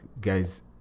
guys